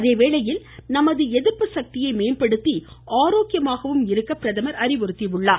அதேவேளையில் நமது எதிர்ப்பு சக்தியை மேம்படுத்தி ஆரோக்கியமாகவும் இருக்க பிரதமர் அறிவுறுத்தியுள்ளார்